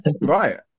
Right